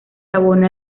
abona